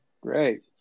great